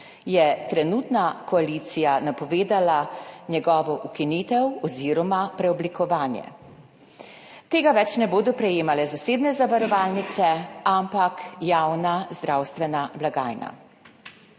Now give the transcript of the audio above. je trenutna koalicija napovedala njegovo ukinitev oziroma preoblikovanje. Tega ne bodo več prejemale zasebne zavarovalnice, ampak javna zdravstvena blagajna.